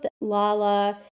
Lala